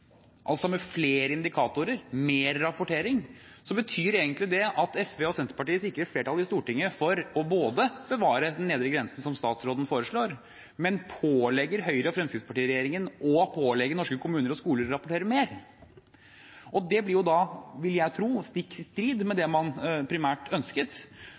altså med flere indikatorer og mer rapportering, så betyr egentlig det at SV og Senterpartiet sikrer flertall i Stortinget for både å bevare den nedre grensen, som statsråden foreslår, og å pålegge Høyre–Fremskrittsparti-regjeringen å pålegge norske kommuner og skoler å rapportere mer. Det blir jo da – vil jeg tro – stikk i strid med det man primært ønsket,